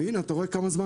והינה, אתה רואה כמה זמן.